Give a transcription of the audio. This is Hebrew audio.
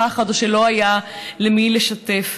פחד או שלא היה את מי לשתף.